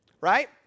Right